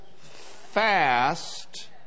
fast